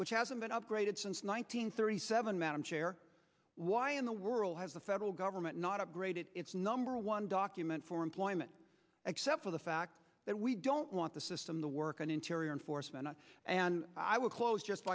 which hasn't been upgraded since one nine hundred thirty seven madam chair why in the world has the federal government not upgraded its number one document for employment except for the fact that we don't want the system the work and interior enforcement and i would close just